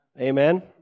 Amen